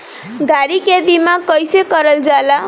गाड़ी के बीमा कईसे करल जाला?